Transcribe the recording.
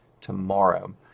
tomorrow